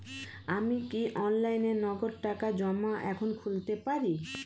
আমি কি অনলাইনে নগদ টাকা জমা এখন খুলতে পারি?